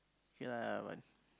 K lah but